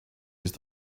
used